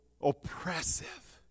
oppressive